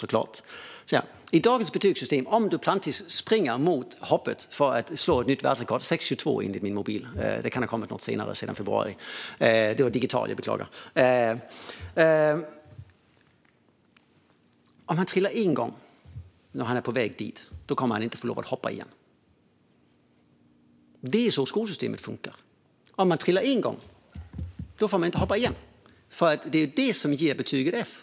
Så här fungerar dagens betygssystem: Om Duplantis skulle trilla en gång när han springer för att hoppa och slå nytt världsrekord - som enligt min mobil är 6,22, men det kan ha kommit ett nytt rekord sedan februari - skulle han inte få lov att hoppa igen. Det är så skolsystemet funkar. Om man trillar en gång får man inte hoppa igen, för det är det som ger betyget F.